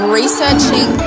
researching